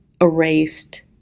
erased